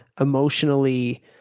emotionally